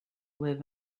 live